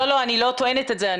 אני לא טוענת את זה,